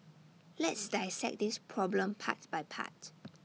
let's dissect this problem part by part